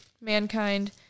mankind